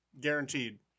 guaranteed